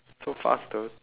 so fast the